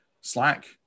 Slack